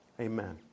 amen